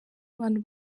abantu